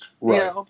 Right